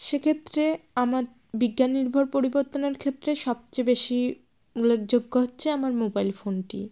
সেক্ষেত্রে আমার বিজ্ঞাননির্ভর পরিবর্তনের ক্ষেত্রে সবচেয়ে বেশি উল্লেখযোগ্য হচ্ছে আমার মোবাইল ফোনটি